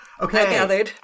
Okay